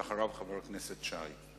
ואחריו, חבר הכנסת שי.